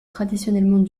traditionnellement